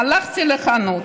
הלכתי לחנות,